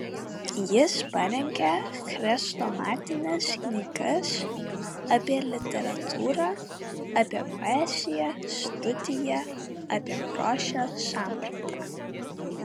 jis parengė chrestomatines knygas apie literatūrą apie poeziją studiją apie grožio sampratą